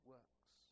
Works